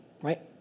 right